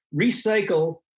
recycle